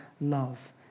love